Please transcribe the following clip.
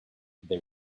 they